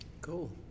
cool